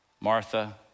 Martha